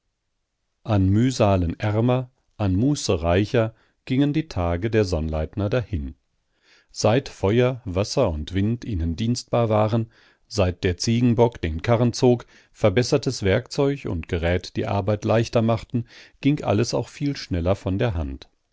an mühsalen ärmer an muße reicher gingen die tage der sonnleitner dahin seit feuer wasser und wind ihnen dienstbar waren seit der ziegenbock den karren zog verbessertes werkzeug und gerät die arbeit leichter machten ging alles auch viel schneller von der hand